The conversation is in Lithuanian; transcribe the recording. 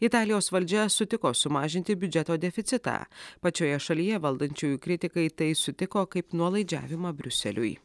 italijos valdžia sutiko sumažinti biudžeto deficitą pačioje šalyje valdančiųjų kritikai tai sutiko kaip nuolaidžiavimą briuseliui